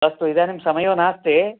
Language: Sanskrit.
अस्तु इदानीं समयो नास्ति